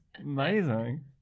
Amazing